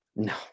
No